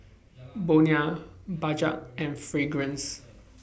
Bonia Bajaj and Fragrance